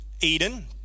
Eden